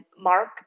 Mark